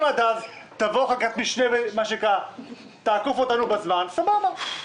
אם עד אז תבוא חקיקת משנה ותעקוף אותנו בזמן סבבה,